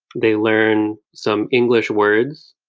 they learn some english words,